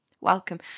Welcome